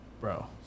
bro